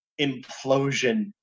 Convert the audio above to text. implosion